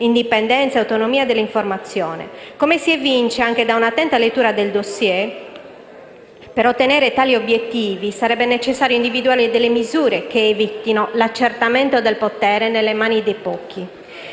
indipendenza e autonomia dell'informazione. Come si evince anche da un'attenta lettura del *dossier*, per ottenere tali obiettivi sarebbe necessario individuare delle misure che evitino l'accentramento del potere nelle mani di pochi.